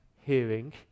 hearing